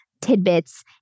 tidbits